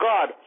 God